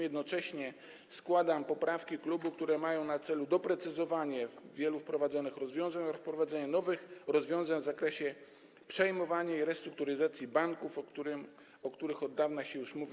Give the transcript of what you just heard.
Jednocześnie składam poprawki klubu, które mają na celu doprecyzowanie wielu wprowadzanych rozwiązań oraz wprowadzenie nowych rozwiązań w zakresie przejmowania i restrukturyzacji banków, o czym już od dawna się mówi.